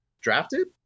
drafted